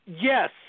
Yes